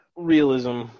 Realism